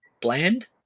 bland